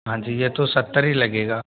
हाँ जी ये तो सत्तर ही लगेगा